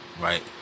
Right